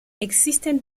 existen